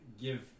give